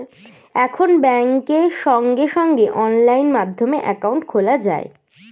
এখন ব্যাংকে সঙ্গে সঙ্গে অনলাইন মাধ্যমে অ্যাকাউন্ট খোলা যায়